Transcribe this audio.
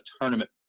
tournament